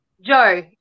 Joe